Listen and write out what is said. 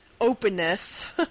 openness